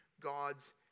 God's